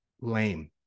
lame